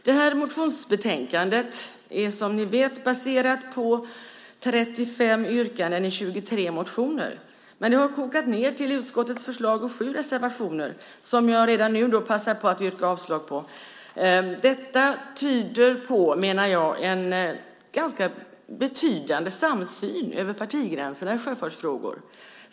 Det här motionsbetänkandet är, som ni vet, baserat på 35 yrkanden i 23 motioner, men det har kokats ned till utskottets förslag och sju reservationer, som jag redan nu passar på att yrka avslag på. Detta tyder på, menar jag, en ganska betydande samsyn över partigränserna i sjöfartsfrågor.